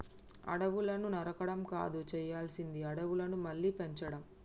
అడవులను నరకడం కాదు చేయాల్సింది అడవులను మళ్ళీ పెంచడం